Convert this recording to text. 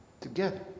together